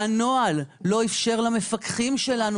שהנוהל לא אפשר למפקחים שלנו,